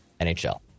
NHL